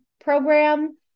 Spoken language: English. program